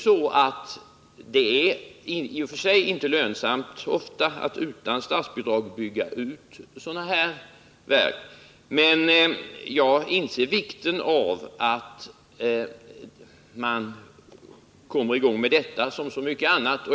Ofta är det inte lönsamt att bygga ut sådana här kraftverk utan statsbidrag. Jag inser vikten av att man kommer i gång med detta såväl som med så mycket annat.